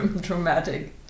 dramatic